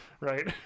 right